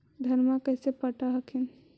धन्मा कैसे पटब हखिन?